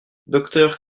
docteur